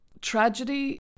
tragedy